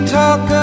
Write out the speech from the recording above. talk